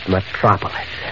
Metropolis